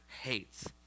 hates